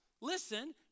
Listen